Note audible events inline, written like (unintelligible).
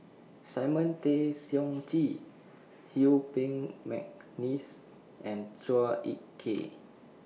Simon Tay Seong Chee (unintelligible) Peng Mcneice and Chua Ek Kay